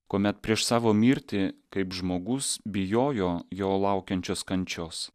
kuomet prieš savo mirtį kaip žmogus bijojo jo laukiančios kančios